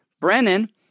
Brennan